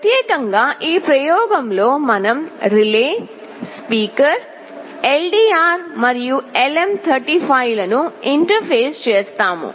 ప్రత్యేకంగా ఈ ప్రయోగంలో మనం రిలే స్పీకర్ LDR మరియు LM 35 లను ఇంటర్ఫేస్ చేస్తాము